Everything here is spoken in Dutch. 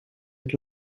het